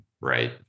right